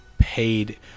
paid